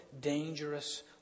dangerous